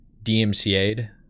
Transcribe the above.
DMCA'd